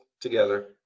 together